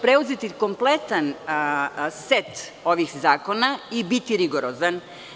Preuzeti kompletan set ovog zakona i biti rigorozan.